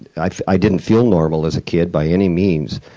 i didn't feel normal as a kid, by any means.